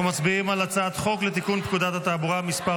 מצביעים על הצעת חוק לתיקון פקודת התעבורה (מס'